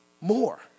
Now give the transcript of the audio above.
more